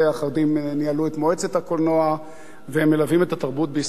אחדים ניהלו את מועצת הקולנוע והם מלווים את התרבות בישראל,